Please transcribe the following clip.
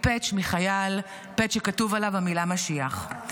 מחייל פאץ' שכתובה עליו המילה: משיח.